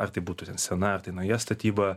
ar tai būtų ten sena ar tai nauja statyba